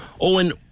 Owen